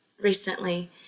recently